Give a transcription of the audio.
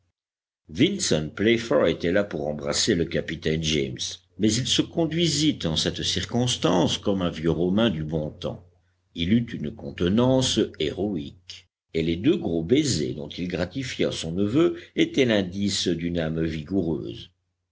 playfair était là pour embrasser le capitaine james mais il se conduisit en cette circonstance comme un vieux romain du bon temps il eut une contenance héroïque et les deux gros baisers dont il gratifia son neveu étaient l'indice d'une âme vigoureuse